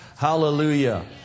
Hallelujah